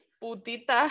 putita